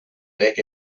back